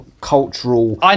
cultural